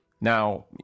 Now